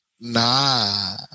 Nah